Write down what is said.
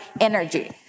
energy